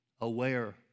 Aware